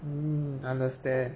mm understand